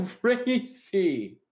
crazy